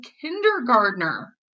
kindergartner